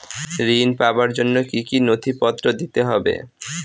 ঋণ পাবার জন্য কি কী নথিপত্র দিতে হবে?